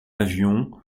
avion